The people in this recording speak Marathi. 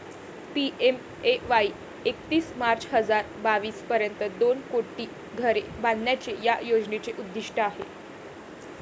पी.एम.ए.वाई एकतीस मार्च हजार बावीस पर्यंत दोन कोटी घरे बांधण्याचे या योजनेचे उद्दिष्ट आहे